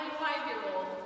five-year-old